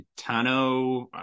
Tano